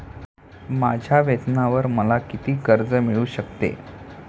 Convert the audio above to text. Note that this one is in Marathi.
माझ्या वेतनावर मला किती कर्ज मिळू शकते?